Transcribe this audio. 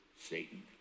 Satan